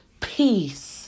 Peace